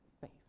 faith